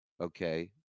okay